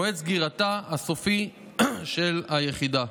מועד סגירתה הסופי של היחידה.